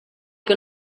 que